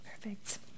perfect